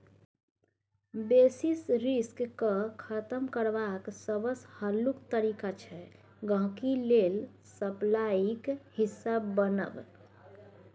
basis risk केँ खतम करबाक सबसँ हल्लुक तरीका छै गांहिकी लेल सप्लाईक हिस्सा बनब